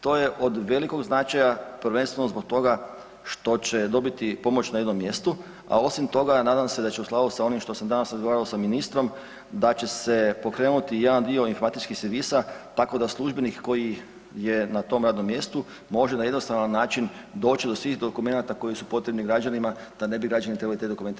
To je od velikog značaja prvenstveno zbog toga što će dobiti pomoć na jednom mjestu, a osim toga nadam se da će u skladu sa onim što sam danas razgovarao sa ministrom da će se pokrenuti jedan dio informatičkih servisa tako da službenik koji je na tom radnom mjestu može na jednostavan način doći do svih dokumenata koji su potrebni građanima da ne bi građani trebali te dokumente